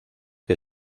que